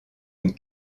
une